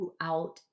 throughout